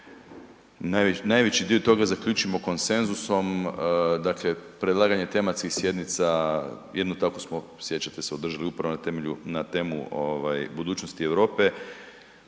najveći dio toga zaključimo konsenzusom, dakle predlaganje tematskih sjednica, jednu takvu smo, sjećate se, održali upravo na temu budućnosti Europe.